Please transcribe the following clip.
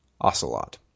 Ocelot